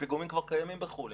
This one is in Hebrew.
הפיגומים כבר קיימים בחו"ל,